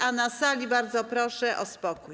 A na sali bardzo proszę o spokój.